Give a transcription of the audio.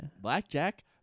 Blackjack